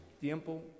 tiempo